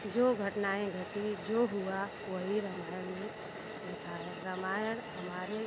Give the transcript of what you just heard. जो घटनाएँ घटी जो हुआ वही रामायण में लिखा है रामायण हमारे